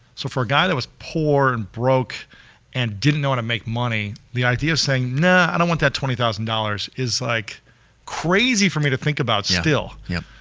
so for a guy that was poor and broke and didn't know how to make money, the idea of saying no, i don't want that twenty thousand dollars is like crazy for me to think about, still. yeah